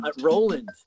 Roland